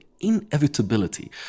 inevitability